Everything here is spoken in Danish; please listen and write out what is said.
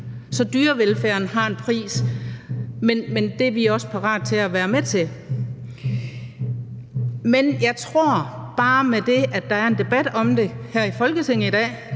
– dyrevelfærden har en pris – men den er vi også parate til at være med til at betale. Men jeg tror, at bare det, at der er en debat om det her i Folketinget i dag,